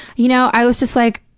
you know i was just like,